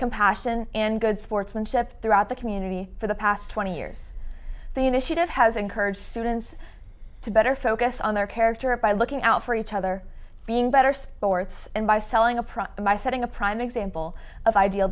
compassion and good sportsmanship throughout the community for the past twenty years the initiative has encouraged students to better focus on their character by looking out for each other being better sports and by selling a product by setting a prime example of ideal